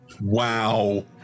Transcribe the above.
Wow